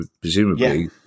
presumably